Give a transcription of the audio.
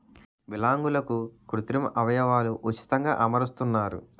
విలాంగులకు కృత్రిమ అవయవాలు ఉచితంగా అమరుస్తున్నారు